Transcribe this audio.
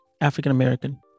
african-american